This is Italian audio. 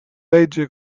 legge